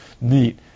neat